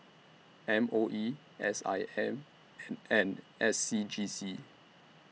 M O E S I M and and S C G C